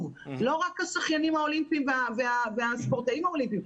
ולא רק השחיינים האולימפיים והספורטאים האולימפיים,